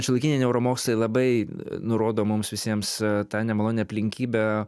šiuolaikiniai neuromokslai labai nurodo mums visiems tą nemalonią aplinkybę